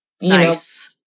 Nice